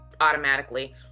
automatically